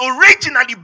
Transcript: originally